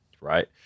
right